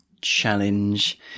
challenge